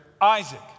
Isaac